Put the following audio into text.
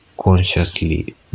consciously